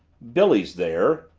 billy's there,